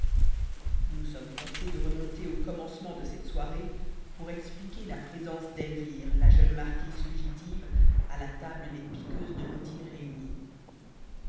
nous sommes forcés de remonter au commencement de cette soirée pour expliquer la présence d'elvire la jeune marquise fugitive à la table des piqueuses de bottines réunies